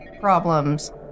problems